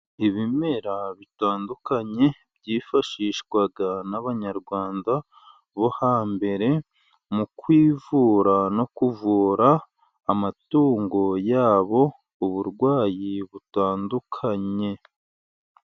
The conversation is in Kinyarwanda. Ibimera bitandukanye byifashishwaga n'abanyarwanda bo hambere, mu kwivura no kuvura amatungo yabo uburwayi butandukanye.